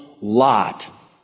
lot